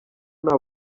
nta